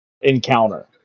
encounter